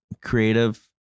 creative